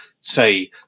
say